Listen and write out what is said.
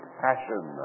passion